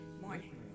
Morning